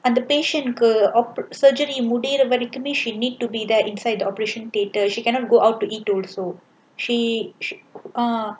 and the patient க்கு:kku surgery முடியற வரைக்குமே:mudiyara varaikkumae mean she need to be there inside the operation theatre she cannot go out to eat also she uh